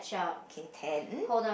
okay ten